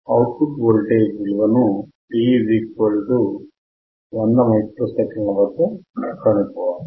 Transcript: out put voltage విలువను t 100 మైక్రోసెకన్ల వద్ద కనుగొనుము